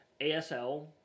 ASL